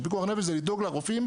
פיקוח נפש זה לדאוג לרופאים,